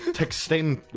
t'exten.